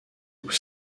aux